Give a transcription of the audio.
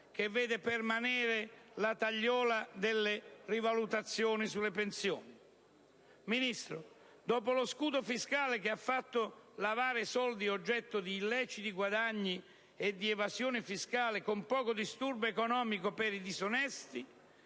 che vede permanere la tagliola delle rivalutazioni sulle pensioni. Ministro, dopo lo scudo fiscale che ha fatto lavare soldi oggetto di illeciti guadagni e di evasione fiscale con poco disturbo economico per i disonesti,